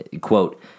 Quote